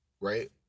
right